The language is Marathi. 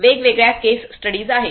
वेगवेगळ्या केस स्टडीज आहेत